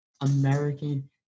American